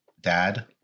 dad